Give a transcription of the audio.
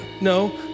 no